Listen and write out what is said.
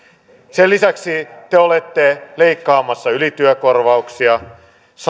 sen lisäksi te olette leikkaamassa ylityökorvauksia